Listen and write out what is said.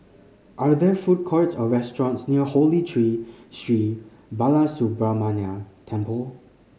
are there food courts or restaurants near Holy Tree Sri Balasubramaniar Temple